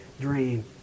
dream